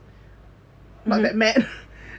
not that man anyway